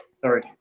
Sorry